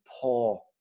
poor